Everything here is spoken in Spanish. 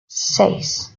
seis